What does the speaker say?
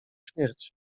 śmierć